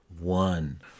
One